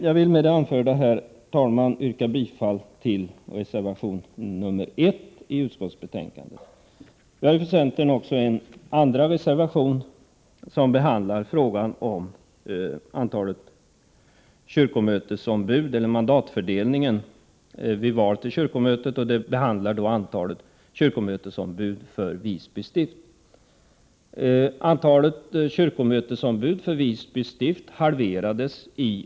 Jag vill med det anförda, herr talman, yrka bifall till reservationen nr 1 i utskottsbetänkandet. Centern har avgivit också en andra reservation, som behandlar frågan om mandatfördelningen vid val till kyrkomötet och antalet kyrkomötesombud för Visby stift.